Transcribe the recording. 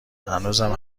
هنوزم